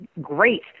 great